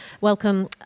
welcome